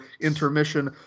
intermission